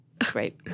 Great